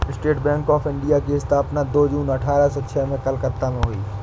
state bank of India की स्थापना दो जून अठारह सो छह में कलकत्ता में हुई